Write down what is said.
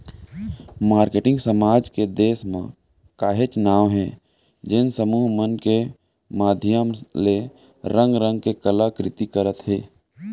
marketing समाज के देस म काहेच नांव हे जेन समूह मन के माधियम ले रंग रंग के कला कृति करत हे